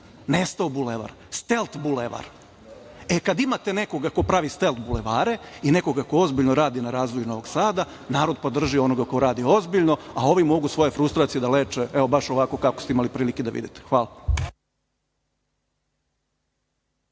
mesto Bulevar, Stelt Bulevar. E kada imate nekoga ko pravi Stelt Bulevare i ko ozbiljno radi na razvoju Novog Sada, narod podrži onoga ko radi ozbiljno, a ovi mogu svoje frustracije da leče, baš ovako kako ste imali prilike da vidite.